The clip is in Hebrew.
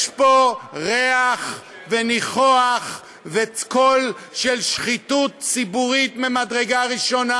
יש פה ריח וניחוח וקול של שחיתות ציבורית ממדרגה ראשונה.